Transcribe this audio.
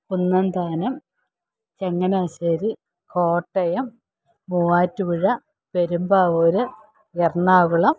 Kunnanthanam Changanassery Kottayam Muvattupuzha Perumbavoor Ernakulam